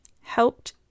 helped